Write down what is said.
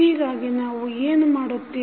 ಹೀಗಾಗಿ ನಾವು ಏನು ಮಾಡುತ್ತೇವೆ